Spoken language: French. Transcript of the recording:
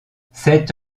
cette